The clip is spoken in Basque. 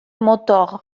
motor